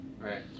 right